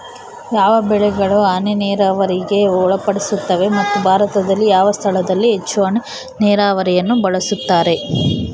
ಯಾವ ಬೆಳೆಗಳು ಹನಿ ನೇರಾವರಿಗೆ ಒಳಪಡುತ್ತವೆ ಮತ್ತು ಭಾರತದಲ್ಲಿ ಯಾವ ಸ್ಥಳದಲ್ಲಿ ಹೆಚ್ಚು ಹನಿ ನೇರಾವರಿಯನ್ನು ಬಳಸುತ್ತಾರೆ?